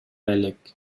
элек